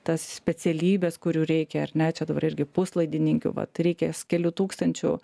tas specialybes kurių reikia ar ne čia dabar irgi puslaidininkių vat reikės kelių tūkstančių